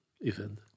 event